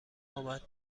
آمد